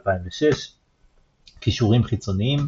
2006. קישורים חיצוניים